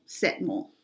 Setmore